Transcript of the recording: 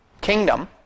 kingdom